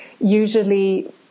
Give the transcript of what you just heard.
usually